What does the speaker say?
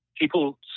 people